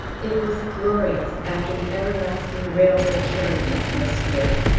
it was glorious after the everlasting railway carriage atmosphere.